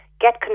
get